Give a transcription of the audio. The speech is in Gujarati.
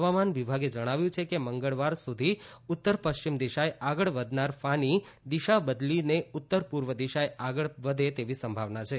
હવામાન વિભાગે જણાવ્યું છે કે મંગળવાર સુધી ઉત્તર પશ્ચિમ દિશાએ આગળ વધનાર ફાની દિશા બદલીને ઉત્તર પૂર્વ દિશાએ આગળ તેવી સંભાવના છે